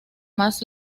más